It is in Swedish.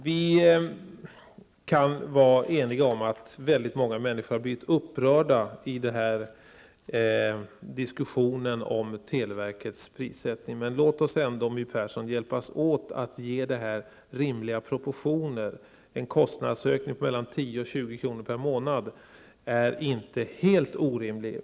Vi kan vara eniga om att väldigt många människor har blivit upprörda i diskussionen om televerkets prissättning, men låt oss ändå, My Persson, hjälpas åt att ge detta rimliga proportioner; en kostnadsökning på mellan 10 och 20 kr. per månad är inte helt orimlig.